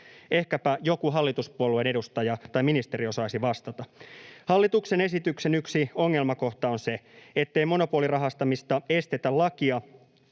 Ehkäpä joku hallituspuolueen edustaja tai ministeri osaisi vastata. Hallituksen esityksen yksi ongelmakohta on se, ettei monopolirahastamista estetä lakia